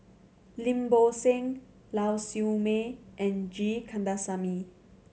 Lim Bo Seng Lau Siew Mei and G Kandasamy